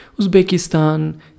Uzbekistan